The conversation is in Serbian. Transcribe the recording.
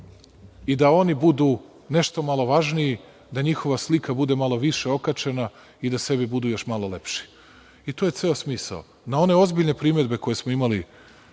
i da oni budu nešto malo važniji, da njihova slika bude malo više okačena i da sebi budu još malo lepši. To je ceo smisao. Na one ozbiljne primedbe koje smo imali